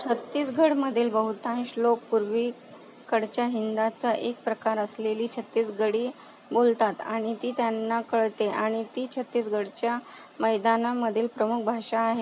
छत्तीसगढमधील बहुतांश लोक पूर्वीकडच्या हिंदीचा एक प्रकार असलेली छत्तीसगढी बोलतात आणि ती त्यांना कळते आणि ती छत्तीसगढच्या मैदानामधील प्रमुख भाषा आहे